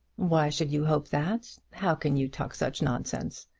why should you hope that? how can you talk such nonsense?